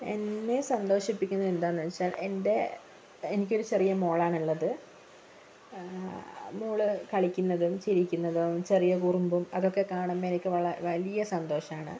എന്നെ സന്തോഷിപ്പിക്കുന്നത് എന്താണെന്നു വച്ചാൽ എന്റെ എനിക്കൊരു ചെറിയ മകളാണ് ഉള്ളത് മകൾ കളിക്കുന്നതും ചിരിക്കുന്നതും ചെറിയ കുറുമ്പും അതൊക്കെ കാണുമ്പോൾ എനിക്ക് വലിയ സന്തോഷം ആണ്